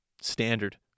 standard